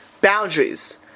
boundaries